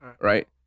Right